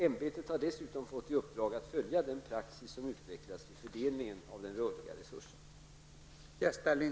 Ämbetet har dessutom fått i uppdrag att följa den praxis som utvecklas vid fördelningen av den rörliga resursen.